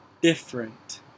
different